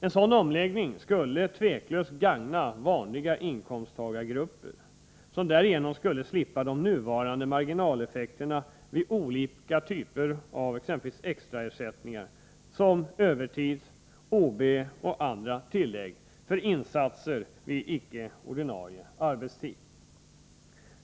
En sådan omläggning skulle otvivelaktigt gagna vanliga inkomsttagargrupper, som därigenom skulle slippa de nuvarande marginaleffekterna vid olika typer av extraersättningar, som exempelvis övertidsoch OB-tillägg liksom även andra tillägg för insatser på icke-ordinarie arbetstid.